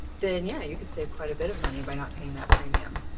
then yeah you can save quite a bit of money by not paying that premium.